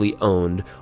owned